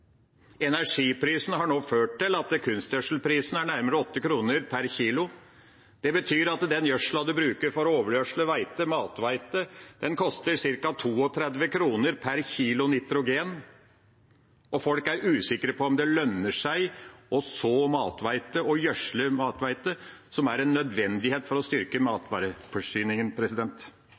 har ført til at kunstgjødselprisen nå er nærmere 8 kr per kg. Det betyr at den gjødselen en bruker for å overgjødsle mathvete, koster ca. 32 kr per kg nitrogen. Folk er usikre på om det lønner seg å så mathvete og gjødsle mathvete, som er en nødvendighet for å styrke matvareforsyningen.